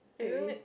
maybe